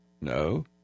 No